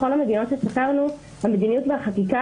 בכל המדינות שסקרנו המדיניות והחקיקה